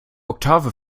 oktave